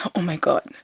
oh my god,